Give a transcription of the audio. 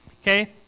okay